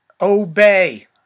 Obey